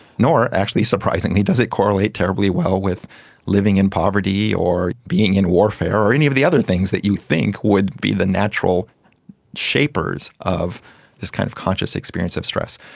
nor, actually surprisingly, does it correlate terribly well with living in poverty or being in warfare or any of the other things that you think would be the natural shapers of this kind of conscious experience of stress.